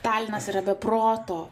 talinas yra be proto